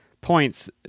points